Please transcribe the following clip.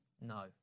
No